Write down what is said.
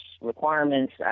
requirements